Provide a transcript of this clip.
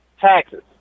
taxes